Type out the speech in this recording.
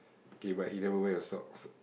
okay but you never wear your socks